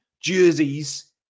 jerseys